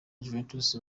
juventus